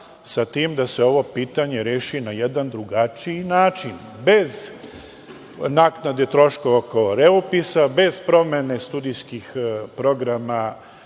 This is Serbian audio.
sa tim da se ovo pitanje reši na jedan drugačiji način, bez naknade troškova oko reupisa, bez promene studijskih programa